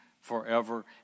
forever